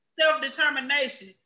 self-determination